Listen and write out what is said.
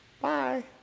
bye